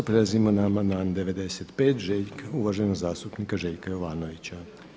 Prelazimo na amandman 95. uvaženog zastupnika Željka Jovanovića.